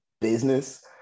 business